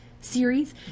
series